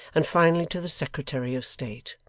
and finally to the secretary of state.